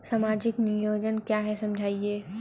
सामाजिक नियोजन क्या है समझाइए?